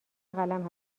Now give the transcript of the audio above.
قلم